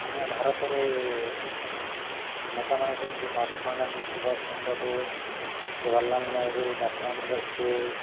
ଆମ ଭାରତରେ ନେତାମାନେ ହେଉଛନ୍ତି ମହାତ୍ମା ଗାନ୍ଧୀ ସୁବାଷ ଚନ୍ଦ୍ର ବୋଷ ଜବାହାରଲାଲ ନେହରୁ ନଥୁରାମ ଘଡ଼ସେ